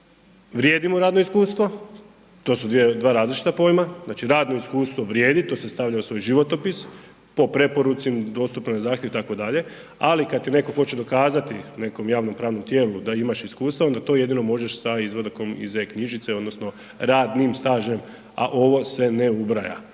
vrijedi mu radno iskustvo, to su dva različita pojma, znači radno iskustvo vrijedi, to se stavlja u svoj životopis po preporuci, dostupno na zahtjev itd., ali kad ti neko hoće dokazati nekom javnopravnom tijelu da imaš iskustva onda to jedino možeš sa izvatkom iz e-knjižice odnosno radnim stažem, a ovo se ne ubraja.